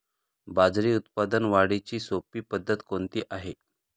बाजरी उत्पादन वाढीची सोपी पद्धत कोणती आहे?